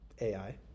Ai